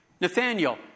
Nathaniel